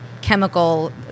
chemical